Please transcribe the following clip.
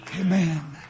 Amen